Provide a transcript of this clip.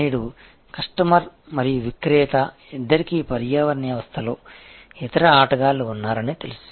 నేడు కస్టమర్ మరియు విక్రేత ఇద్దరికీ పర్యావరణ వ్యవస్థలో ఇతర ఆటగాళ్లు ఉన్నారని తెలుసు